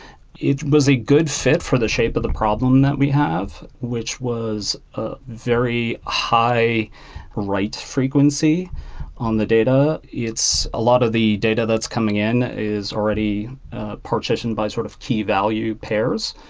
it was a good fit for the shape of the problem that we have, which was ah very high write frequency on the data. a ah lot of the data that's coming in is already partitioned by sort of keyvalue pairs.